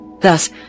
Thus